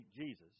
Jesus